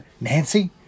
Nancy